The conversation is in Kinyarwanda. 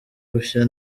gushya